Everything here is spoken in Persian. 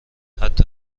حتی